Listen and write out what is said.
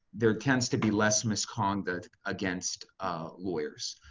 there tends to be less misconduct against lawyers.